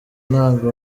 ntago